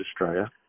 Australia